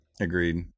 Agreed